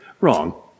Wrong